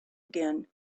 again